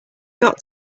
got